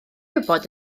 wybod